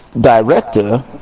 director